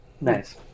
Nice